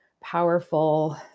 powerful